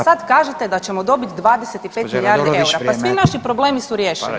Sad kažete da ćemo dobiti [[Upadica Furio Radin: Gospođo Radolović, vrijeme.]] 25 milijardi eura, pa svi naši problemi su riješeni.